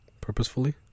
purposefully